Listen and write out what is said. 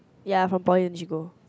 ya from poly then she go